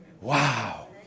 Wow